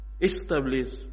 Establish